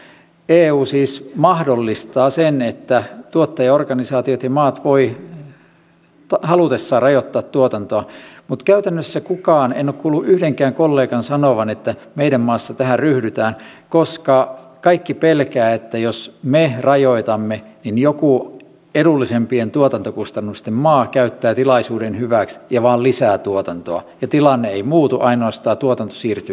eu siis mahdollistaa sen että tuottajaorganisaatiot ja maat voivat halutessaan rajoittaa tuotantoa mutta käytännössä en ole kuullut yhdenkään kollegan sanovan että meidän maassa tähän ryhdytään koska kaikki pelkäävät että jos me rajoitamme niin joku edullisempien tuotantokustannusten maa käyttää tilaisuuden hyväkseen ja vain lisää tuotantoa ja tilanne ei muutu ainoastaan tuotanto siirtyy paikasta toiseen